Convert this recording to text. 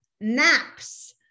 naps